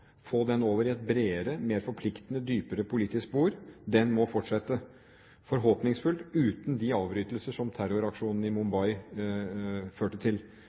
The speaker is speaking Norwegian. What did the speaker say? få den over i et bredere og mer forpliktende, dypere politisk spor, må fortsette – forhåpningsfullt uten de avbrytelser som terroraksjonen i Mumbai førte til.